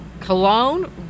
cologne